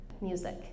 music